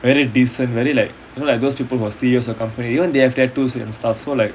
very decent very like you know like those people who are C_E_O of company even they have tattoos and stuff so like